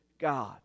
God